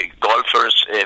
golfer's